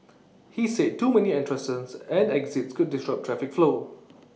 he said too many entrances and exits could disrupt traffic flow